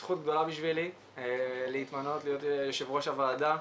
זו זכות גדולה בשבילי להתמנות להיות יושב-ראש הוועדה.